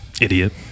idiot